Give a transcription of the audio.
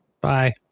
bye